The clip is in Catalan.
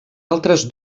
altres